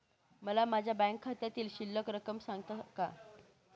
मला माझ्या बँक खात्यातील शिल्लक रक्कम सांगता का?